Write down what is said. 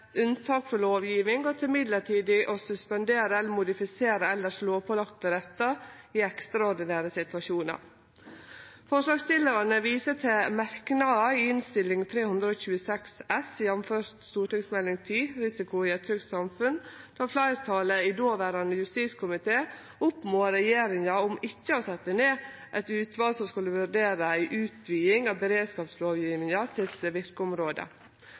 unntak frå lovgjeving og til midlertidig å suspendere eller modifisere elles lovpålagte rettar i ekstraordinære situasjonar. Forslagsstillarane viser til merknader i Innst. 326 S for 2016–2017, jf. Meld. St. 10 for 2016–2017, Risiko i et trygt samfunn, der fleirtalet i dåverande justiskomité oppmoda regjeringa til ikkje å setje ned eit utval som skulle vurdere ei utviding av beredskapslovgjevinga sitt